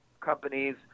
companies